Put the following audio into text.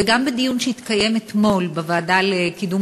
וגם בדיון שהתקיים אתמול בוועדה לקידום